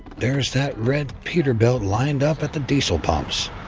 there's that red peterbilt lined up at the diesel pumps,